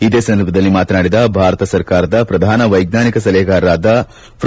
ಇದೇ ಸಂದರ್ಭದಲ್ಲಿ ಮಾತನಾಡಿದ ಭಾರತ ಸರ್ಕಾರದ ಪ್ರಧಾನ ವೈಜ್ಞಾನಿಕ ಸಲಹೆಗಾರ ಮ್ರೋ